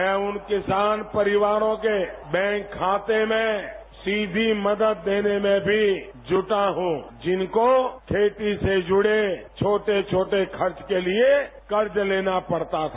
मैं उन किसान परिवारों के बैंक खाते में सीधी मदद देने में भी जुटा हूं जिनको खेती से जुड़े छोटे छोटे खर्च के लिए कर्ज लेना पड़ता था